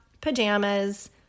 pajamas